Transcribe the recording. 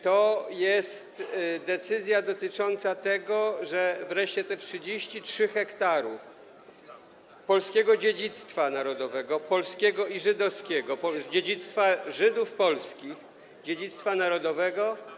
To jest decyzja dotycząca tego, że wreszcie te 33 ha polskiego dziedzictwa narodowego, polskiego i żydowskiego, dziedzictwa Żydów polskich, dziedzictwa narodowego.